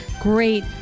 great